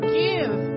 give